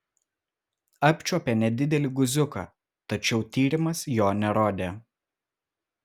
apčiuopė nedidelį guziuką tačiau tyrimas jo nerodė